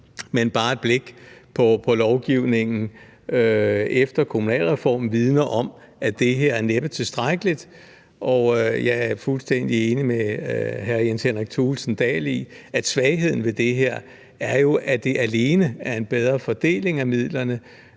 men bare et blik på lovgivningen efter kommunalreformen vidner om, at det her næppe er tilstrækkeligt, og jeg er fuldstændig enig med hr. Jens Henrik Thulesen Dahl i, at svagheden ved det her jo er, at det alene er en bedre fordeling af midlerne,